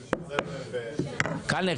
קלנר,